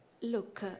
Look